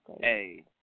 Hey